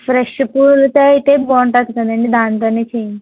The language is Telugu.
ఫ్రెష్ పూలతో అయితే బాగుంటుంది కదండి దాంతోనే చెయ్